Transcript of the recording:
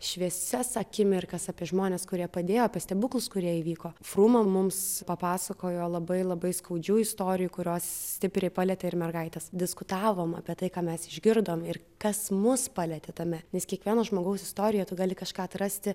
šviesias akimirkas apie žmones kurie padėjo apie stebuklus kurie įvyko fruma mums papasakojo labai labai skaudžių istorijų kurios stipriai palietė ir mergaites diskutavom apie tai ką mes išgirdom ir kas mus palietė tame nes kiekvieno žmogaus istorijoje tu gali kažką atrasti